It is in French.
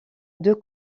deux